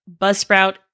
Buzzsprout